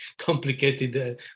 complicated